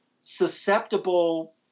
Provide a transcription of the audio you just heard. susceptible